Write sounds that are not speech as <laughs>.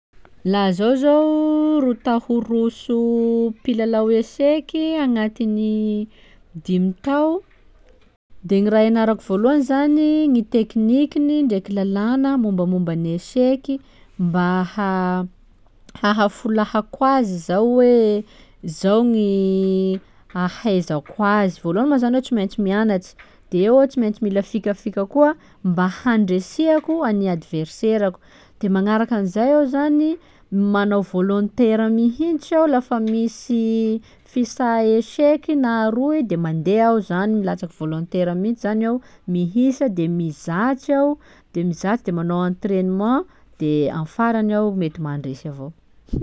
Laha zaho zô rô ta hiroso mpilalao eseky i agnatigny dimy tao, de gny raha ianarako vôloha zany gny teknikany ndreky lalàna mombamomba ny eseky i mba ha- hahafolahako azy zao hoe zao gny <hesitation> hahaizako azy, vôlohany mô zany hoe tsy maintsy mianatsy, de eo aho tsy maintsy mila fikafika koa mba handreseako an'ny adverserako; de magnaraka anzay eo zany, gny manao volontaire mihitsy aho lafa misy fisàha eseka na roy de mandeha aho izany milatsaky volontaire mihintsy zany aho mihisa de mizatsa iaho, de mizatsy de manao entraînement, de amin'ny farany aho mety mandresy avao. <laughs>